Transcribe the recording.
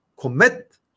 commit